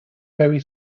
very